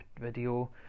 video